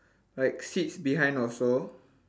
like seats behind also